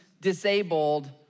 disabled